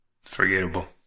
Forgettable